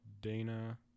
Dana